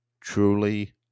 truly